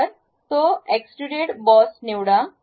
तर तो extrude boss निवडा